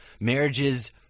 marriages